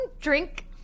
drink